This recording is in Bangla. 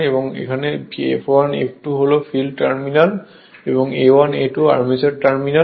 এবং এখানে F1 F2 হল ফিল্ড টার্মিনাল এবং A1 A2 আর্মেচার টার্মিনাল